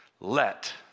Let